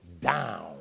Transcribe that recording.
down